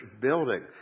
building